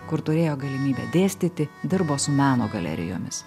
kur turėjo galimybę dėstyti dirbo su meno galerijomis